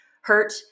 hurt